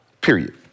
Period